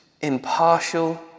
impartial